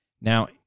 Now